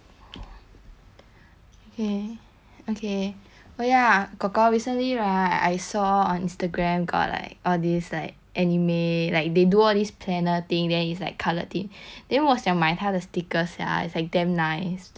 okay okay oh ya kor kor recently right I saw on instagram got like all this like anime like they do all these planner thing then it's like coloured tint then 我想买他的 stickers sia it's like damn nice but like sia expensive leh